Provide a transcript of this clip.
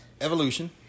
Evolution